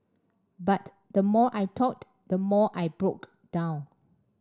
but the more I talked the more I broke down